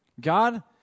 God